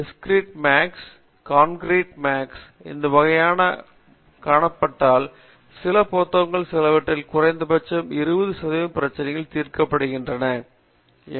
discrete maths concrete maths இந்த வகையான வகைகளில் காணப்பட்டால் சில புத்தகங்கள் சிலவற்றில் குறைந்தபட்சம் 20 சதவிகித பிரச்சனைகளை தீர்க்கின்றன அவை அவர்களுக்கு யோசனையின் அமைப்பு கொடுக்கும்